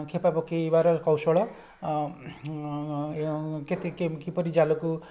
କ୍ଷେପା ପକେଇବାର କୌଶଳ କିପରି ଜାଲକୁ